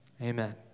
amen